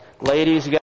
ladies